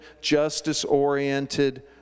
justice-oriented